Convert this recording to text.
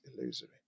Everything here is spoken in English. illusory